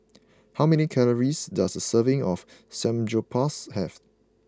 how many calories does a serving of Samgyeopsal have